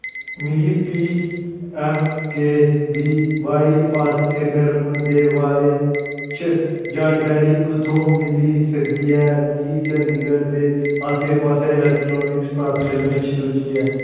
मिगी P M K V Y पाठ्यक्रमें दे बारे च जानकारी कु'त्थुआं मिली सकदी ऐ मिगी चंदीगढ़ दे आस्सै पास्सै इलैक्ट्रानिक्स पाठ्यक्रमें च रुचि ऐ